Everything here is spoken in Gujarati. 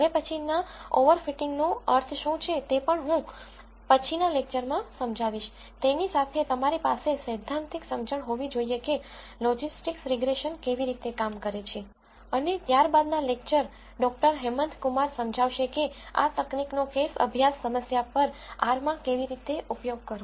હવે પછીના ઓવર ફિટિંગ નો અર્થ શું છે તે પણ હું પછી ના લેકચરમાં સમજાવીશ તેની સાથે તમારી પાસે સૈદ્ધાંતિક સમજણ હોવી જોઈએ કે લોજિસ્ટિક્સ રીગ્રેસન કેવી રીતે કામ કરે છે અને ત્યારબાદના લેક્ચર ડોક્ટર હેમન્થમ કુમાર સમજાવશે કે આ તકનીકનો કેસ અભ્યાસ સમસ્યા પર R માં કેવી રીતે ઉપયોગ કરવો